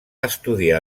estudiar